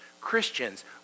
Christians